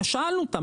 שאלנו אותם,